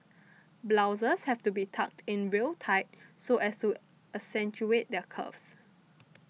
blouses have to be tucked in real tight so as to accentuate their curves